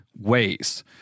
ways